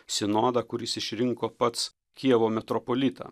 sinodą kuris išrinko pats kijevo metropolitą